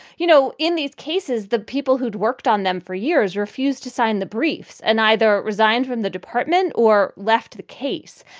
you know, in these cases, the people who'd worked on them for years refused to sign the briefs and either resigned from the department or left the case.